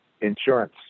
insurance